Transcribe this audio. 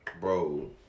Bro